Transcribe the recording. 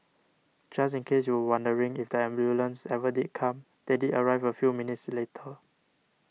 just in case you were wondering if the ambulance ever did come they did arrive a few minutes later